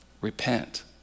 repent